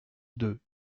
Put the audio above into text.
deux